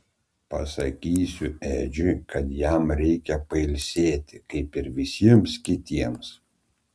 pasakysiu edžiui kad jam reikia pailsėti kaip ir visiems kitiems